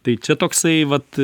tai čia toksai vat